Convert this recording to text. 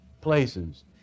places